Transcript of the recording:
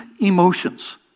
emotions